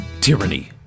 Tyranny